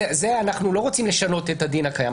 אנחנו לא רוצים לשנות את הדין הקיים,